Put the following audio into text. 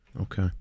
okay